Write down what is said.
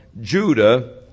Judah